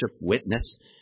witness